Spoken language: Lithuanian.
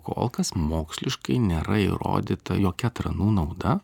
kol kas moksliškai nėra įrodyta jokia tranų nauda